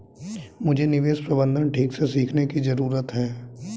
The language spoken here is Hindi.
मुझे निवेश प्रबंधन ठीक से सीखने की जरूरत है